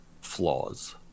flaws